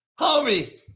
Homie